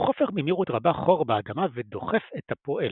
הוא חופר במהירות רבה חור באדמה ודוחף את אפו אליו,